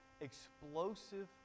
explosive